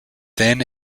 thin